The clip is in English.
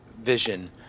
vision